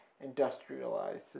industrialized